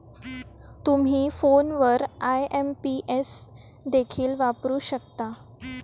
तुम्ही फोनवर आई.एम.पी.एस देखील वापरू शकता